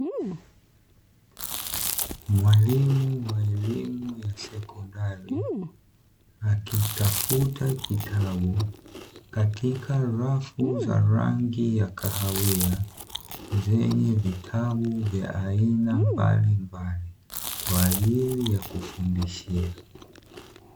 Mwalimu mwenye elimu ya sekondari, akitafuta kitabu katika rafu za rangi ya kahawia ,zenye vitabu vya aina mbalimbali kwa ajili ya kufundishia.